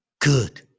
good